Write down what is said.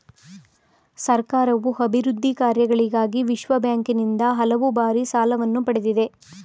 ಸರ್ಕಾರವು ಅಭಿವೃದ್ಧಿ ಕಾರ್ಯಗಳಿಗಾಗಿ ವಿಶ್ವಬ್ಯಾಂಕಿನಿಂದ ಹಲವು ಬಾರಿ ಸಾಲವನ್ನು ಪಡೆದಿದೆ